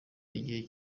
igihe